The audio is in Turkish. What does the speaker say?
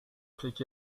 peki